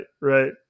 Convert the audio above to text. right